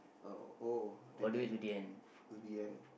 uh oh the durian